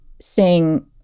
sing